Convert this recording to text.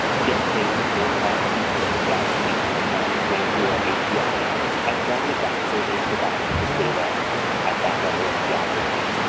get data for all of these different geographies you see on the screen through our api as long as that survey provides the data at that level of geography.